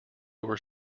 were